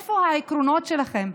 איפה העקרונות שלכם?